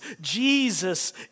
Jesus